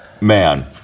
man